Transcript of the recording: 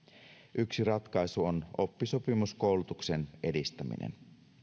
yksi ratkaisu on oppisopimuskoulutuksen edistäminen